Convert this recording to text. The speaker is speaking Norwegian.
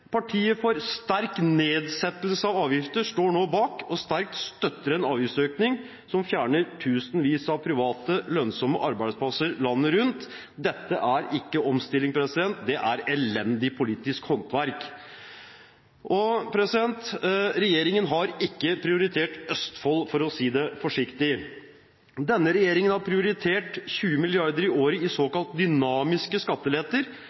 partiet for sterk nedsettelse av avgifter, står nå bak og støtter sterkt en avgiftsøkning som fjerner tusenvis av private, lønnsomme arbeidsplasser landet rundt. Dette er ikke omstilling. Det er elendig politisk håndverk. Regjeringen har ikke prioritert Østfold, for å si det forsiktig. Denne regjeringen har prioritert 20 mrd. kr i året i såkalt dynamiske skatteletter,